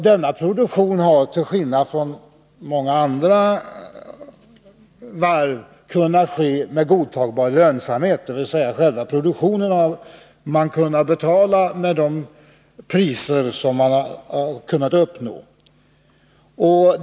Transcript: Denna produktion har, till skillnad från produktionen på många andra varv, kunnat ske med godtagbar lönsamhet, dvs. man har uppnått sådana priser att man med intäkterna från försäljningen har kunnat betala själva produktionen.